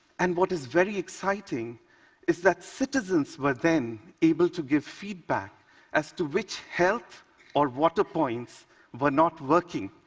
and what is very exciting is that citizens were then able to give feedback as to which health or water points were not working,